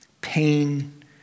pain